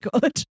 good